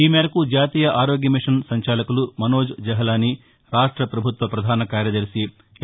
ఈ మేరకు జాతీయ ఆరోగ్యమిషన్ సంచాలకులు మనోజ్ జహలాని రాష్ట్ర ప్రభుత్వ ప్రధాన కార్యదర్శి ఎల్